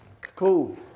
Cool